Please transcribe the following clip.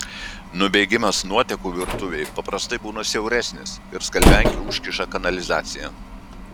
nubėgimas nuotekų virtuvėj paprastai būna siauresnis ir skalbiankė užkiša kanalizaciją